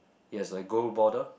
it has a gold border